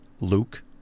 Luke